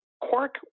Quark